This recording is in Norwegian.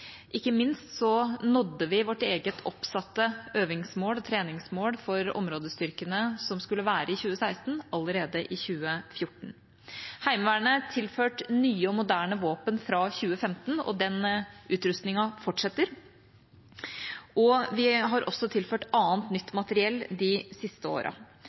Ikke minst nådde vi vårt eget oppsatte øvingsmål og treningsmål for områdestyrkene som skulle være i 2016, allerede i 2014. Heimevernet er tilført nye og moderne våpen fra 2015, og utrustningen fortsetter. Vi har også tilført annet nytt materiell de siste åra.